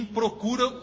procura